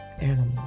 animals